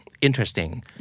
interesting